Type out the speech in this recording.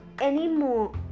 anymore